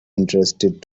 entrusted